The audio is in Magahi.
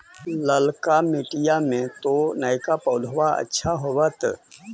ललका मिटीया मे तो नयका पौधबा अच्छा होबत?